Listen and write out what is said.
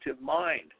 mind